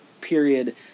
period